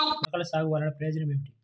మొలకల సాగు వలన ప్రయోజనం ఏమిటీ?